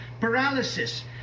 paralysis